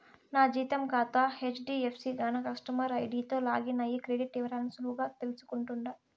నా జీతం కాతా హెజ్డీఎఫ్సీ గాన కస్టమర్ ఐడీతో లాగిన్ అయ్యి క్రెడిట్ ఇవరాల్ని సులువుగా తెల్సుకుంటుండా